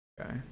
Okay